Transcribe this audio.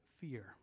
fear